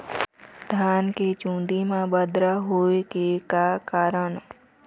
धान के चुन्दी मा बदरा होय के का कारण?